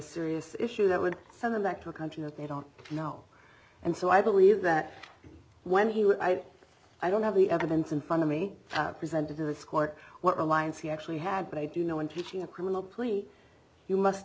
serious issue that would send them back to a country that they don't know and so i believe that when he would i i don't have the evidence in front of me presented in this court what reliance he actually had but i do know in teaching a criminal plea you must